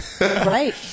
Right